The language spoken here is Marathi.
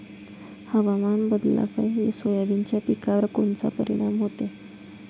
हवामान बदलापायी सोयाबीनच्या पिकावर कोनचा परिणाम होते?